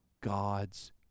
God's